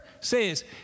says